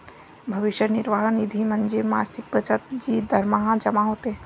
भविष्य निर्वाह निधी म्हणजे मासिक बचत जी दरमहा जमा होते